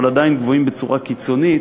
עדיין גבוהים בצורה קיצונית.